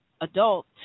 adult